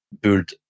build